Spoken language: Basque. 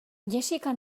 jessica